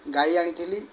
ଗାଈ ଆଣିଥିଲି